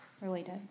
related